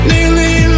Nearly